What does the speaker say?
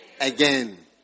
again